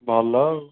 ଭଲ ଆଉ